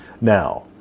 Now